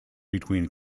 between